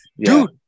dude